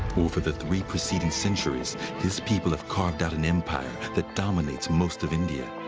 over the three preceding centuries his people have carved out an empire that dominates most of india.